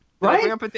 Right